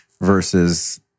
versus